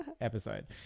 episode